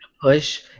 push